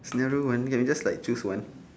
scenario one can we just like choose one